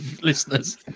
listeners